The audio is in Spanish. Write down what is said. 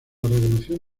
revolución